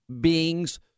beings